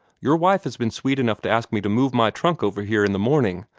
your wife has been sweet enough to ask me to move my trunk over here in the morning,